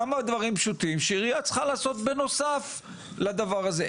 כמה דברים פשוטים שעירייה צריכה לעשות בנוסף לדבר הזה.